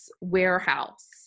warehouse